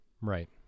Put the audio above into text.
Right